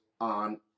on